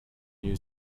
new